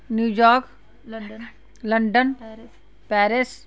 New York London Paris